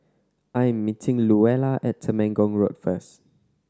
I am meeting Luella at Temenggong Road first